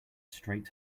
straight